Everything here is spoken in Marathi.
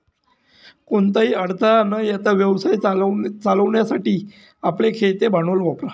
कोणताही अडथळा न येता व्यवसाय चालवण्यासाठी आपले खेळते भांडवल वापरा